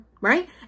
right